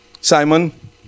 Simon